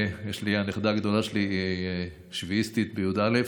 והנכדה הגדולה שלי היא שביעיסטית, בכיתה י"א.